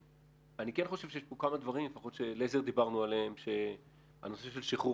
אני כן חושב שיש כאן כמה דברים עליהם דיברנו כמו הנושא של שחרור